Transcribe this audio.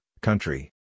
country